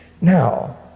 now